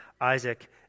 Isaac